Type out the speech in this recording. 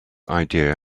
idea